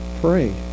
pray